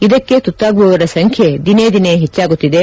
ಇದಕ್ಕೆ ತುತ್ತಾಗುವವರ ಸಂಖ್ಯೆ ದಿನೇ ದಿನೇ ಹೆಚ್ಚಾಗುತಿದೆ